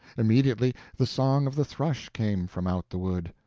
immediately the song of the thrush came from out the wood.